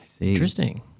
Interesting